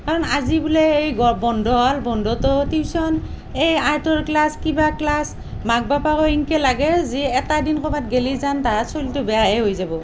কাৰণ আজি বোলে সেই বন্ধ হ'ল বন্ধটো টিউচন এই আৰ্টৰ ক্লাছ কিবা ক্লাছ মাক বাপাকো এনকে লাগে যি এটা দিন ক'ৰবাত গেলে যান তাহাঁৰ চলিটো বেয়াহে হৈ যাব